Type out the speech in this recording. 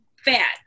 fat